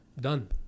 Done